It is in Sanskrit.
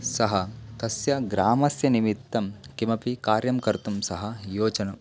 सः तस्य ग्रामस्य निमित्तं किमपि कार्यं कर्तुं सः योजनाम्